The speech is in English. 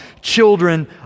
children